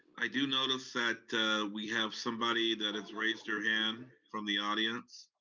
i do notice that we have somebody that has raised their hand from the audience.